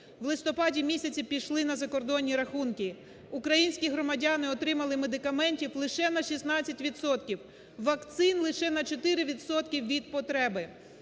в листопаді місяці пішли на закордонні рахунки, українські громадяни отримали медикаментів лише на 16 відсотків, вакцин лише на 4 відсотки